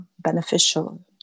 beneficial